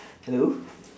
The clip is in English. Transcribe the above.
hello